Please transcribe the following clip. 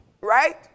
right